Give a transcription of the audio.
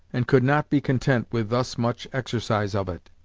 and could not be content with thus much exercise of it.